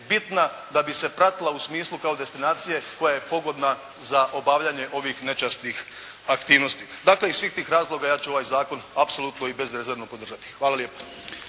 bitna da bi se pratila u smislu kao destinacije koja je pogodna za obavljanje ovih nečasnih aktivnosti. Dakle, iz svih tih razloga ja ću ovaj Zakon apsolutno i bezrezervno podržati. Hvala lijepo.